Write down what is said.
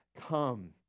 come